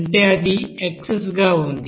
అంటే అది ఎక్సెస్ గా వుంది